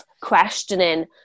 questioning